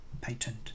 patent